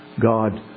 God